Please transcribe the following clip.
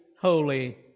holy